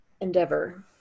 endeavor